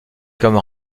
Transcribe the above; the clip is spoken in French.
comme